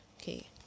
okay